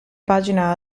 pagina